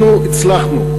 אנחנו הצלחנו,